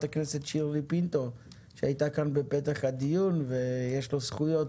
הכנסת שירלי פינטו שהייתה כאן בפתח הדיון ויש לו זכויות